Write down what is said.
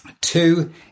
two